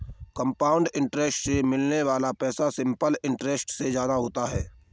compound interest में मिलने वाला पैसा सिंपल इंटरेस्ट से ज्यादा होता है